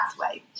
pathway